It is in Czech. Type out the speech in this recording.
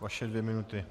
Vaše dvě minuty.